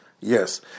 yes